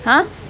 !huh!